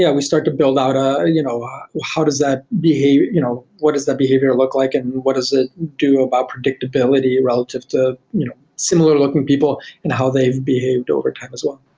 yeah we start to build out ah you know how does that behavior you know what does the behavior look like and what does it do about predictability relative to similar looking people and how they've behaved overtime as well.